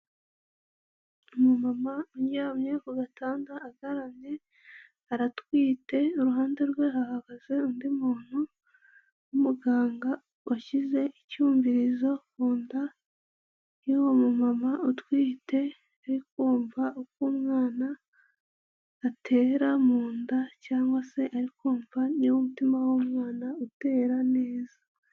Umumama uryamye ku gatanda agaramye aratwite, iruhande rwe hahagaze undi muntu w'umuganga washyize icyumvirizo kunda yu'wo mu mumama utwite ari kumva uko umwana atera munda, cyangwa se ari kumva niba umutima w'umwana utera neza.